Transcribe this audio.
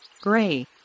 gray